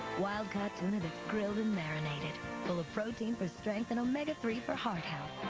wildcat tuna that's grilled and marinated full of protein for strength and omega three for heart health.